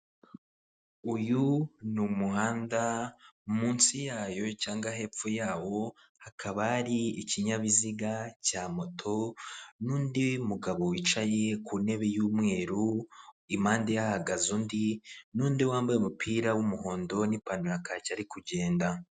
Uyu ni umuhanda munsi yayo cyangwa hepfo yawo hakaba hari ikinyabiziga cya moto, n'undi mugabo wicaye ku intebe y'umweru impande hahagaze undi, n'undi wambaye umupira w'umuhondo n'ipantaro ya kake ari kugenda